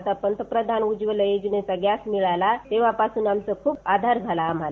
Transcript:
आत पतप्रधान उज्ज्वला योजनेचा गॅस मिळाला तेव्हापासून खूप आधार झाला आम्हाला